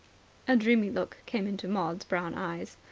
a dreamy look came into maud's brown eyes.